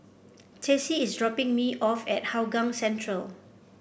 Tessie is dropping me off at Hougang Central